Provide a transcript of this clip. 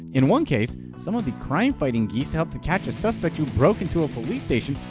in one case, some of the crime-fighting geese helped to catch a suspect who broke into a police station,